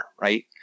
right